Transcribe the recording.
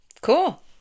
Cool